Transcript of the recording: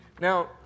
Now